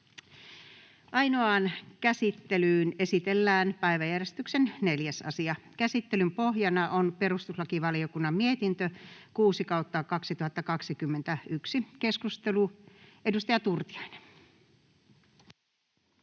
Ainoaan käsittelyyn esitellään päiväjärjestyksen 4. asia. Käsittelyn pohjana on perustuslakivaliokunnan mietintö PeVM 6/2021 vp. — Edustaja Turtiainen.